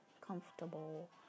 comfortable